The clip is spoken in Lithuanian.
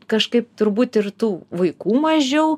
kažkaip turbūt ir tų vaikų mažiau